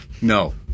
No